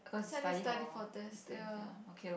cause I need study for test ya